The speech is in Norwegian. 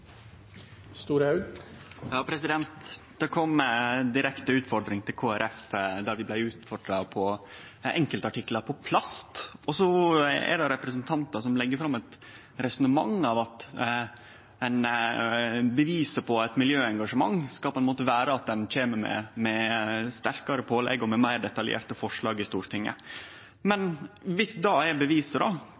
Det kom ei direkte utfordring til Kristeleg Folkeparti der vi blei utfordra på enkeltartiklar av plast. Det er representantar som legg fram eit resonnement om at beviset på eit miljøengasjement skal vere at ein kjem med sterkare pålegg om meir detaljerte forslag i Stortinget. Men dersom det er beviset, kvifor skal ein då